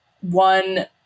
one